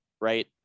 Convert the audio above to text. right